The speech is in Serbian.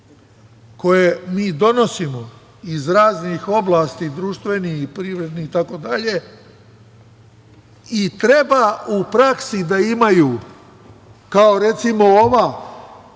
koje mi donosimo iz raznih oblasti, društvenih, privrednih itd, i treba u praksi da imaju, kao recimo ova